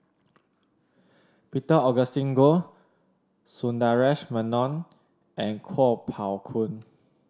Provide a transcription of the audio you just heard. Peter Augustine Goh Sundaresh Menon and Kuo Pao Kun